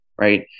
right